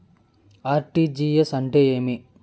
RTGS అంటే ఏమి?